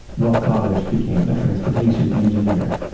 ralph kabisch became a transportation engineer.